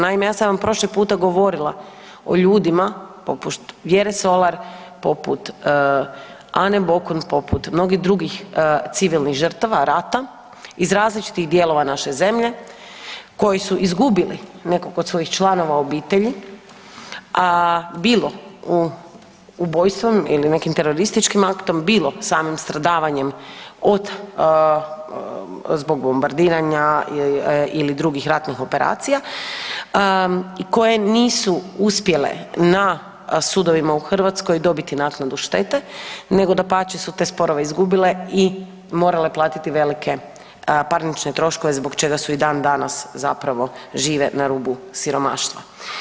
Naime, ja sam vam prošli puta govorila o ljudima poput Vjere Solar, poput Ane Bokun, poput mnogih drugih civilnih žrtava rata iz različitih dijelova naše zemlje koji su izgubili nekog od svojih članova obitelji, a bilo ubojstvom ili nekim terorističkim aktom, bilo samim stradavanjem od zbog bombardiranja ili drugih ratnih operacija koje nisu uspjele na sudovima u Hrvatskoj dobiti naknadu štete nego dapače su te sporove izgubile i morale platiti velike parnične troškove zbog čega su i dan danas zapravo žive na rubu siromaštva.